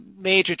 major